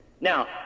Now